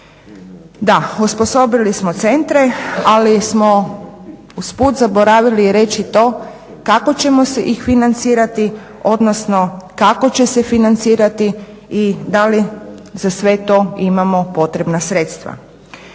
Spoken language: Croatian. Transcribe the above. Da, osposobili smo centre, ali smo usput zaboravili reći i to kako ćemo ih financirati, odnosno kako će se financirati i da li za sve to imamo potrebna sredstva.